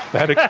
and